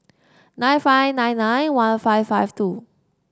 nine five nine nine one five five two